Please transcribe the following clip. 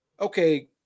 okay